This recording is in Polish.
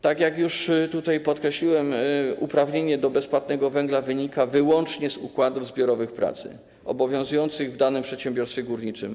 Tak jak już podkreśliłem, uprawnienie do bezpłatnego węgla wynika wyłącznie z układów zbiorowych pracy obowiązujących w danym przedsiębiorstwie górniczym.